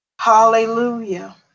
Hallelujah